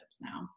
now